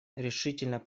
решительно